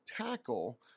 tackle